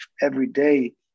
everyday